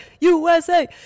USA